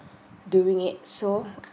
doing it so